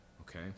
Okay